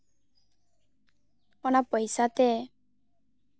ᱚᱱᱟ ᱯᱚᱭᱥᱟᱛᱮ